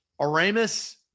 Aramis